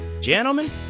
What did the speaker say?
Gentlemen